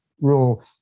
rule